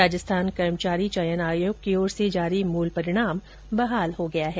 राजस्थान कर्मचारी चयन आयोग की ओर से जारी मुल परिणाम बहाल हो गया है